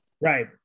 right